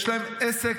יש להם עסק,